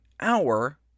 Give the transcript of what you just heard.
hour